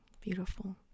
Beautiful